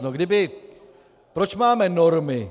No kdyby, proč máme normy?